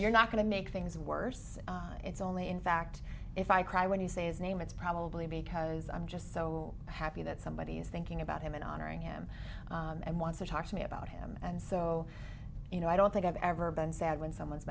you're not going to make things worse it's only in fact if i cry when you say his name it's probably because i'm just so happy that somebody is thinking about him and honoring him and want to talk to me about him and so you know i don't think i've ever been sad when someone's